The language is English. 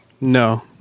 No